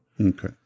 Okay